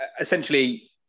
essentially